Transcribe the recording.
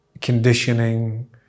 conditioning